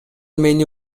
мени